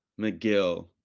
McGill